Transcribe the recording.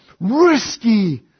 risky